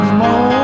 more